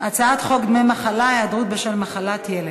הצעת חוק דמי מחלה (היעדרות בשל מחלת ילד) (תיקון,